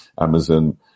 Amazon